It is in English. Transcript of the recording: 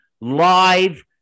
live